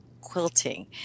quilting